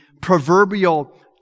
proverbial